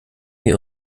wir